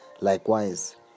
Likewise